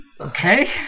Okay